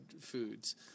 foods